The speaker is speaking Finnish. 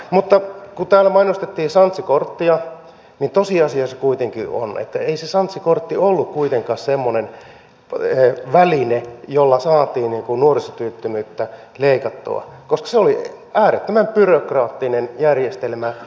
mutta kun täällä mainostettiin sanssi korttia niin tosiasia kuitenkin on että ei se sanssi kortti ollut kuitenkaan semmoinen väline jolla saatiin nuorisotyöttömyyttä leikattua koska se oli äärettömän byrokraattinen järjestelmä